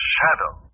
Shadow